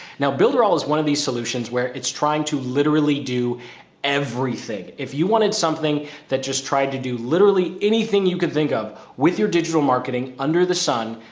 now, builder all is one of these solutions where it's trying to literally do everything. if you wanted something that just tried to do, literally anything you could think of with your digital marketing under the sun,